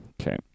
Okay